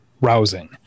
rousing